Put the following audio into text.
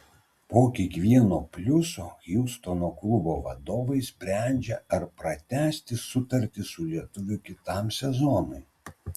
po kiekvieno pliuso hjustono klubo vadovai sprendžią ar pratęsti sutartį su lietuviu kitam sezonui